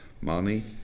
money